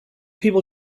people